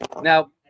now